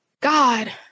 God